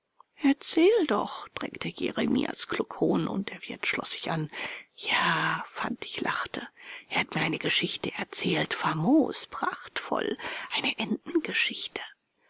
erzähl doch drängte jeremias kluckhohn und der wirt schloß sich an ja fantig lachte er hat mir eine geschichte erzählt famos prachtvoll eine